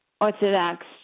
Orthodox